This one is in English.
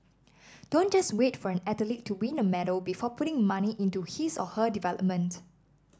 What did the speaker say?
don't just wait for an athlete to win a medal before putting money into his or her development